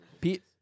Pete